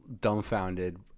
dumbfounded